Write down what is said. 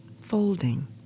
folding